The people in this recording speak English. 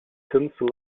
tinsel